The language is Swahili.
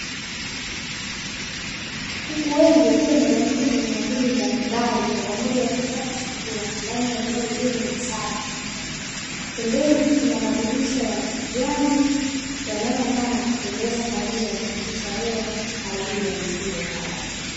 Kuku wengi wakiwa wamegawanyika kwenye makundi mbalimbali kwa pamoja wakipata chakula ndani ya eneo zuri na safi, pembeni kuna madirisha ya kijani yanayong'aa na kupendeza kwa ajili ya kupendeza na kupitisha hewa kwa ajili ya mifugo hao.